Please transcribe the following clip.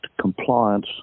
compliance